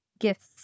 gifts